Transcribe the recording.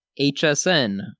HSN